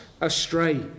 astray